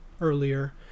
earlier